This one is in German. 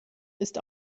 ist